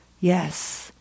yes